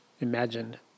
imagined